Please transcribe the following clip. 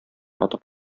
атап